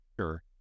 sure